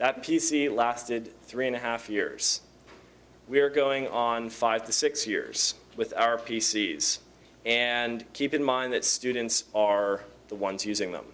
that p c lasted three and a half years we are going on five to six years with our p c s and keep in mind that students are the ones using them